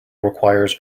requires